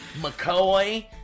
mccoy